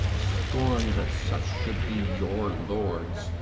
scorn that such should be your lords,